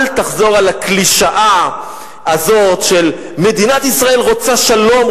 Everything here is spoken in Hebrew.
אל תחזור על הקלישאה הזאת שמדינת ישראל רוצה שלום,